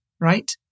right